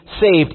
saved